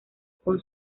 con